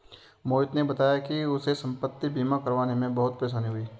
मोहित ने बताया कि उसे संपति बीमा करवाने में बहुत परेशानी हुई